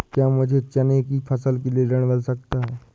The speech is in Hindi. क्या मुझे चना की फसल के लिए ऋण मिल सकता है?